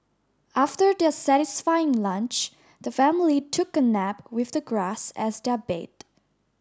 after their satisfying lunch the family took a nap with the grass as their bed